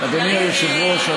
אדוני היושב-ראש,